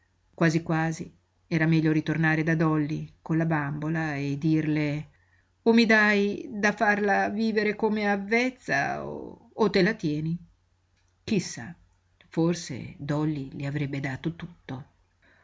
quasi quasi era meglio ritornare da dolly con la bambola e dirle o mi dài da farla vivere com'è avvezza o te la tieni chi sa forse dolly le avrebbe dato tutto